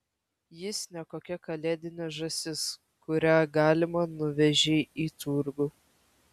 jis ne kokia kalėdinė žąsis kurią galima nuvežei į turgų